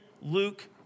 Luke